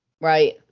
Right